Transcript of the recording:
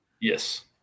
yes